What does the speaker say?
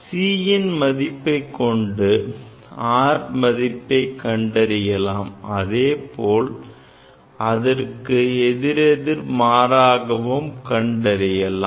C ன் மதிப்பைக் கொண்டு R மதிப்பை கண்டறியலாம் அதேபோல் அதற்கு எதிரெதிர் மாறாகவும் கண்டு அறியலாம்